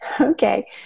Okay